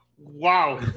wow